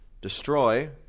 destroy